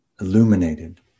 illuminated